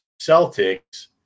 Celtics